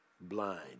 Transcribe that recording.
blind